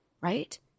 Right